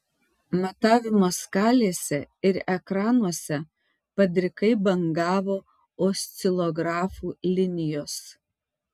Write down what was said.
matavimo skalėse ir ekranuose padrikai bangavo oscilografų linijos